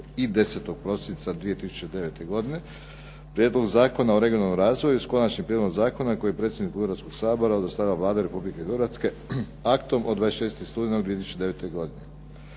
i 10. prosinca 2009. godine Prijedlog zakona o regionalnom razvoju s Konačnim prijedlogom zakona koji je predsjedniku Hrvatskog sabora dostavila Vlada Republike Hrvatske aktom od 26. studenog 2009. godine.